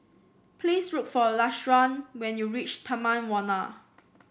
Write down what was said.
please look for Lashawn when you reach Taman Warna